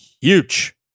huge